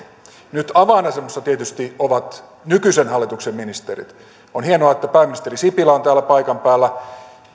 nyt avainasemassa tietysti ovat nykyisen hallituksen ministerit on hienoa että pääministeri sipilä on täällä paikan päällä